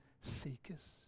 seekers